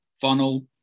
funnel